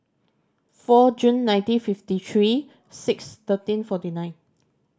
four June nineteen fifty three six thirteen forty nine